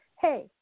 Hey